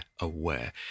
aware